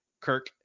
Kirk